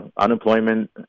unemployment